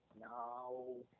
No